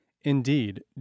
Indeed